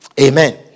Amen